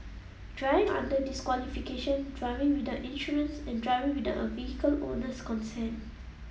driving under disqualification driving without insurance and driving without the vehicle owner's consent